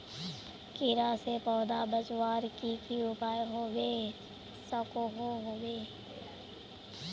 कीड़ा से पौधा बचवार की की उपाय होबे सकोहो होबे?